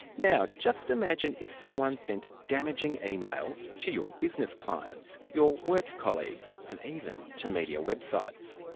now just imagine if someone sent damaging emails to your business clients, your work colleagues, and even to media websites.